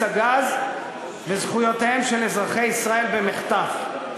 הגז וזכויותיהם של אזרחי ישראל במחטף.